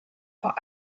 vor